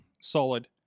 solid